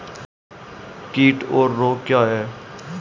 कीट और रोग क्या हैं?